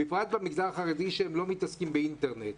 ובפרט במגזר החרדי שלא מתעסק עם אינטרנט.